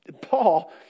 Paul